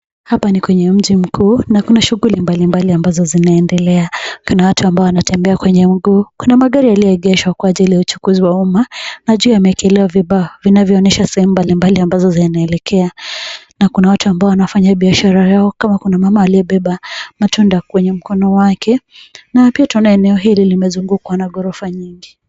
Hapa ni kwenye mji mkuu na kuna shughuli mbalimbali ambazo zinazoendelea. Kuna watu ambao wanatembea kwenye miguu. Kuna magari yaliyoegeshwa kwa ajili ya uchukuzi wa umma na juu yamewekelewa vibao vinavyoonyesha sehemu mbalimbali ambazo zinaelekea na kuna watu ambao wanafanya biashara yao kama kuna mama aliyebeba matunda kwenye mkono wake, na pia tunaona eneo hili limezungukwa na ghorofa nyingi.